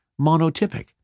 monotypic